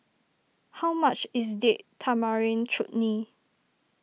how much is Date Tamarind Chutney